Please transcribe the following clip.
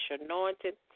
anointed